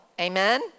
Amen